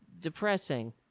depressing